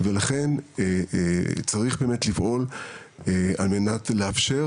ולכן אני חושב שצריך באמת לפעול וזאת על מנת לאפשר